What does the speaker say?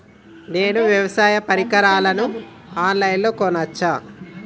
నేను వ్యవసాయ పరికరాలను ఆన్ లైన్ లో కొనచ్చా?